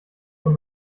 von